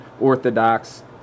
Orthodox